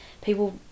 people